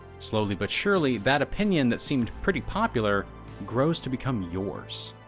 slowly but surely, that opinion that seemed pretty popular grows to become yours.